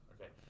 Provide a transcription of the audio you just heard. Okay